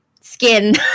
skin